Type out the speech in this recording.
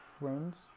friends